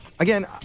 Again